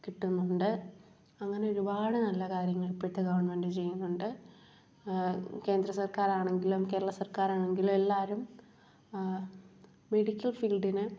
കിട്ടുന്നുണ്ട് അങ്ങനെ ഒരുപാട് നല്ല കാര്യങ്ങൾ ഇപ്പോഴത്തെ ഗവൻമെൻറ്റ് ചെയ്യുന്നുണ്ട് കേന്ദ്രസർക്കാരാണെങ്കിലും കേരളസർക്കാരാണെങ്കിലും എല്ലാവരും മെഡിക്കൽ ഫീൽഡിനെ